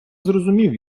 зрозумів